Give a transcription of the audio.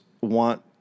want